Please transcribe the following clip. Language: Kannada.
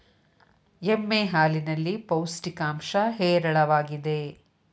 ಎಮ್ಮೆ ಹಾಲಿನಲ್ಲಿ ಪೌಷ್ಟಿಕಾಂಶ ಹೇರಳವಾಗಿದೆ